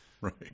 Right